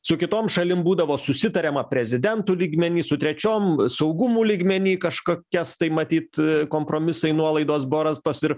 su kitom šalim būdavo susitariama prezidentų lygmeny su trečiom saugumų lygmeny kažkokias tai matyt kompromisai nuolaidos buvo rastos ir